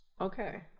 Okay